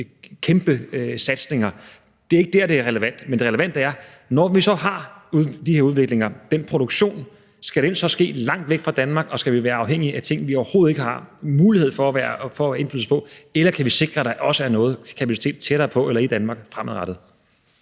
kæmpe satsninger. Det er ikke der, det er relevant. Det relevante spørgsmål er: Når vi så har de her udviklinger, skal den produktion så ske langt væk fra Danmark, og skal vi være afhængige af ting, vi overhovedet ikke har mulighed for at få indflydelse på, eller kan vi sikre, at der også er noget kapacitet tættere på eller i Danmark fremadrettet?